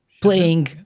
playing